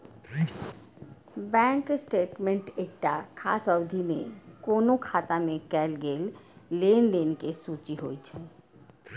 bank statement एकटा खास अवधि मे कोनो खाता मे कैल गेल लेनदेन के सूची होइ छै